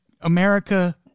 America